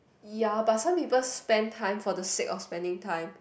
ya but some people spend time for the sake of spending time